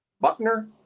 Buckner